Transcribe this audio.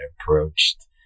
approached